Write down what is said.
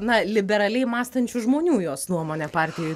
na liberaliai mąstančių žmonių jos nuomone partijoj